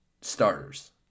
starters